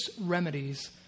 Remedies